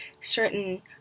certain